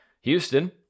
Houston